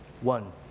One